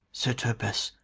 sir topas,